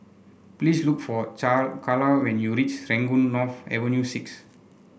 please look for Charla when you reach Serangoon North Avenue Six